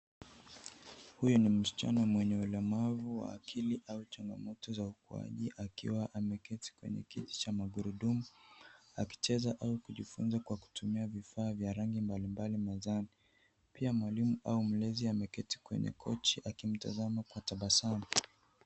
Huyu ni msichana mwenye ulemavu wa akili au changamoto za ukuwaji akiwa ameketi kwenye kiti cha magurudumu akicheza au kujifunza kwa kutumia vifaa vya rangi mbalimbali majani. Pia mwalimu au mlezi ameketi kwenye kochi akimtazama kwa tabsamu.